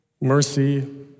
mercy